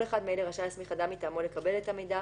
כל אחד מאלה רשאי להסמיך אדם מטעמו לקבל את המידע,